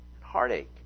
heartache